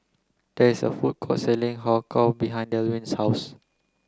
there is a food court selling Har Kow behind Delwin's house